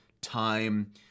time